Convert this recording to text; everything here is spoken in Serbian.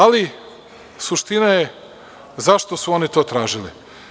Ali, suština je zašto su oni to tražili.